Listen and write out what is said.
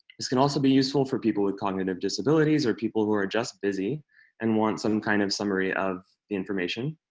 this can also be useful for people with cognitive disabilities or people who are just busy and want some kind of summary of the information.